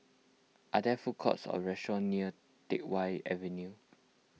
are there food courts or restaurants near Teck Whye Avenue